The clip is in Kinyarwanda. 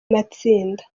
matsinda